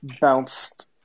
bounced